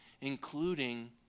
including